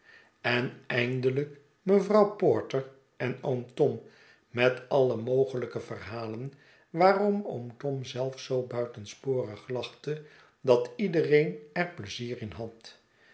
en eindelijk mevrouw porter en oom tom met alle mogelijke verhalen waarom oom tom zelf zoo buitensporig lachte dat iedereen er pleizier in had